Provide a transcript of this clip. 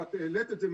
את העלית את זה.